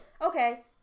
Okay